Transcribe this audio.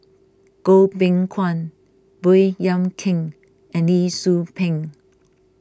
Goh Beng Kwan Baey Yam Keng and Lee Tzu Pheng